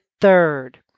third